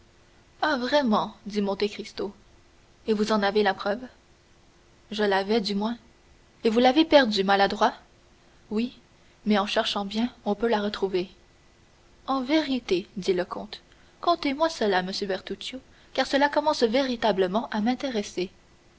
ah vraiment dit monte cristo et vous en avez la preuve je l'avais du moins et vous l'avez perdue maladroit oui mais en cherchant bien on peut la retrouver en vérité dit le comte contez-moi cela monsieur bertuccio car cela commence véritablement à m'intéresser